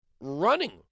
running